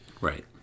right